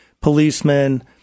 policemen